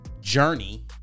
journey